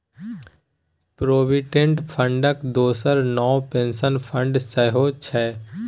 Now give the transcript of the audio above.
provident फंडक दोसर नाओ पेंशन फंड सेहौ छै